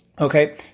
Okay